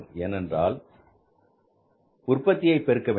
ஏனென்றால் உற்பத்தியை பெருக்க வேண்டும்